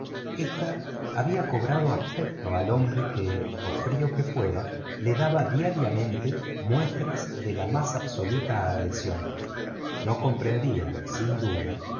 esta había cobrado afecto al hombre que por frío que fuera le daba diariamente muestras de la más absoluta adhesión no comprendía sin duda